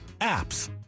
APPS